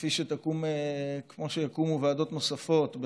כפי שיקומו ועדות נוספות,